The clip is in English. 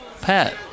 Pat